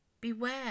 Beware